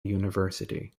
university